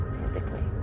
physically